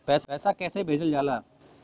पैसा कैसे भेजल जाला?